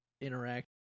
interact